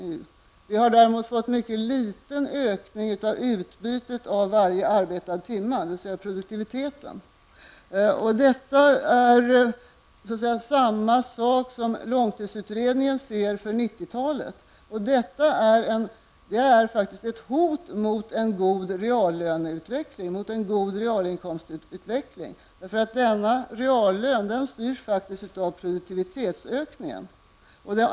Vi har däremot fått mycket liten ökning av utbytet av varje arbetad timme, dvs. produktiviteten. Detta är så att säga samma sak som långtidsutredningen ser för 90 talet, och det är ett hot mot en god realinkomstutveckling, för reallönen styrs faktiskt av produktivitetsökningen.